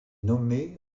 nommée